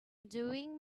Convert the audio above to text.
doing